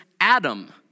Adam